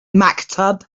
maktub